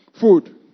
Food